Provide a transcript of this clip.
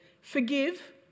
Forgive